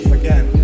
again